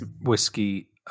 whiskey